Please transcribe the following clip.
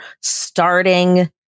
starting